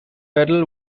battle